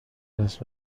است